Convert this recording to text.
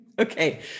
Okay